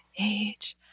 age